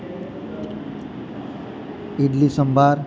idli sambar